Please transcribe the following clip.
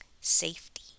safety